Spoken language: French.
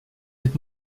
êtes